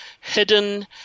hidden